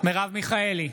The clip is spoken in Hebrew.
מרב מיכאלי,